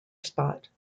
spot